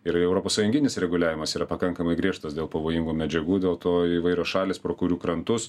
ir europos sąjunginis reguliavimas yra pakankamai griežtas dėl pavojingų medžiagų dėl to įvairios šalys pro kurių krantus